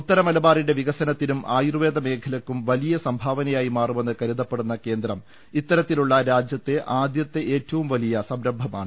ഉത്തര മലബാറിന്റെ വികസനത്തിനും ആയൂർവേദ മേഖലക്കും വലിയ സംഭാവനയായി മാറുമെന്ന് കരുത പ്പെടുന്ന കേന്ദ്രം ഇത്തരത്തിലുള്ള രാജ്യത്തെ ആദൃത്തെ ഏറ്റവും വലിയ സംരംഭമാണ്